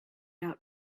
out